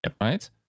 right